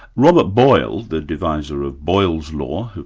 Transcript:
robert boyle, the deviser of boyle's law,